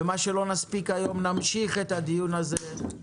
ומה שלא נספיק היום נמשיך לדיון אחר.